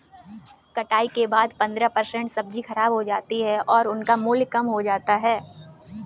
कटाई के बाद पंद्रह परसेंट सब्जी खराब हो जाती है और उनका मूल्य कम हो जाता है